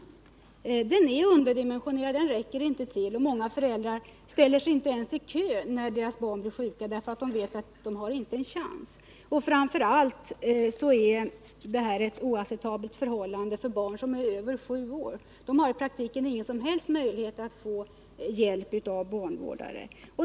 Verksamheten är underdimensionerad, den räcker inte till. Många föräldrar ställer sig inte ens i kö när deras barn blir sjuka, därför att de vet att de inte har en chans att få hjälp. Och framför allt är detta ett oacceptabelt förhållande för barn över sju år. De har i praktiken ingen som helst möjlighet att få hjälp av barnvårdare.